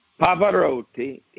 Pavarotti